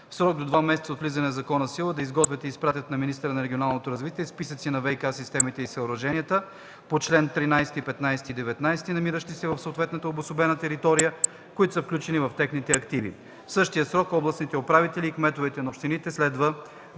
в срок от 2 месеца от влизане на закона в сила да изготвят и изпратят на министъра на регионалното развитие списъци на ВиК системите и съоръженията по чл. 13, 15 и 19, намиращи се в съответната обособена територия, които са включени в техните активи. В същия срок областните управители и кметовете на общините следва